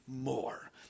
more